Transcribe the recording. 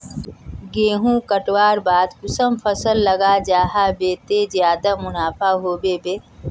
गेंहू कटवार बाद कुंसम फसल लगा जाहा बे ते ज्यादा मुनाफा होबे बे?